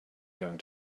going